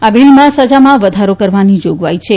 આ બીલમાં સજામાં વધારો કરવાની જાગવાઈ છે